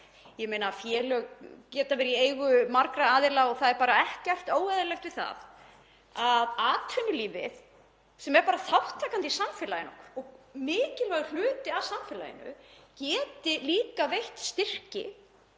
ég meina, félög geta verið í eigu margra aðila og það er ekkert óeðlilegt við það að atvinnulífið, sem er þátttakandi í samfélaginu og mikilvægur hluti af því, geti líka veitt styrki